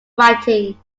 writing